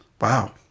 wow